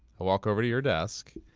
i walk over to your desk,